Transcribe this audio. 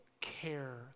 care